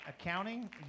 Accounting